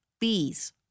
bees